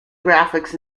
graphics